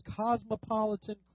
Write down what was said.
cosmopolitan